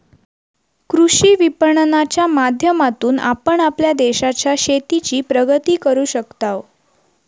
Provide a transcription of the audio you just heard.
कृषी विपणनाच्या माध्यमातून आपण आपल्या देशाच्या शेतीची प्रगती करू शकताव